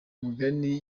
mugani